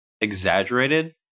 exaggerated